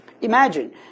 Imagine